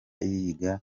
yiga